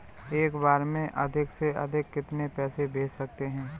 एक बार में अधिक से अधिक कितने पैसे भेज सकते हैं?